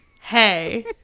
Hey